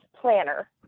planner